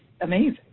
amazing